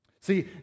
See